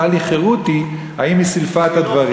טלי חרותי, האם היא סילפה את הדברים.